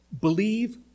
believe